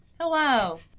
Hello